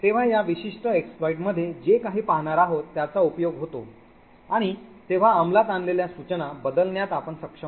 तेव्हा या विशिष्ट exploit मध्ये जे काही पाहणार आहे त्याचा उपयोग होतो आणि तेव्हा अंमलात आणलेल्या सूचना बदलण्यात आपण सक्षम राहु